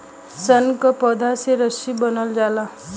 सन क पौधा से रस्सी बनावल जाला